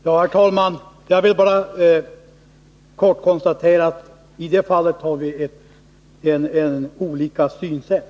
Herr talman! Jag vill bara kort konstatera att vi i det fallet har olika synsätt.